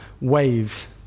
waves